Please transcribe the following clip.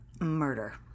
murder